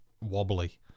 wobbly